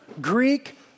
Greek